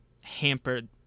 hampered